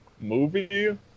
movie